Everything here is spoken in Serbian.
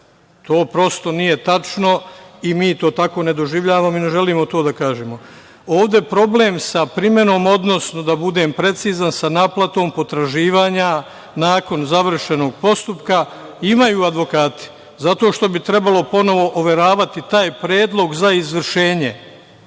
To, prosto, nije tačno i mi to tako ne doživljavamo i ne želimo to da kažemo. Ovde je problem sa primenom, odnosno, da budem precizan, sa naplatom potraživanja nakon završenog postupka imaju advokati zato što bi trebalo ponovo overavati taj predlog za izvršenje.